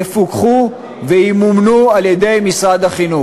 יפוקחו וימומנו על-ידי משרד החינוך.